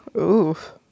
Oof